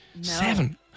seven